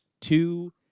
two